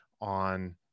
on